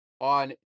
on